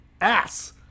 ass